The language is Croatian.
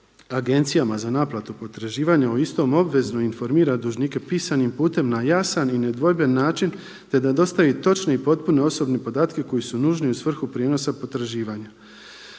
agencijama za naplatu potraživanja o istom obvezno informira dužnike pisanim putem na jasan i nedvojben način, te da dostavi točne i potpune osobne podatke koji su nužni u svrhu prijenosa potraživanja.